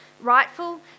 rightful